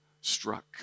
struck